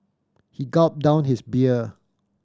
he gulped down his beer